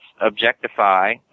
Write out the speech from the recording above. objectify